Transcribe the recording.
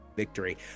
victory